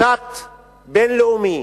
משט בין-לאומי,